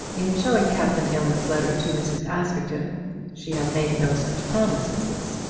in showing captain aylmer's letter to mrs. askerton she had made no such promise as this,